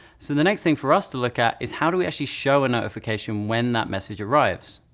so the next thing for us to look at is how do we actually show a notification when that message arrives.